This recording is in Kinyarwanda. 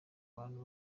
bantu